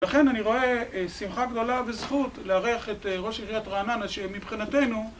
לכן אני רואה שמחה גדולה וזכות לארח את ראש עיריית רעננה שמבחינתנו...